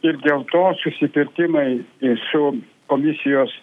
ir dėl to susikirtimai su komisijos